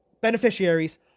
beneficiaries